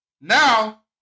Now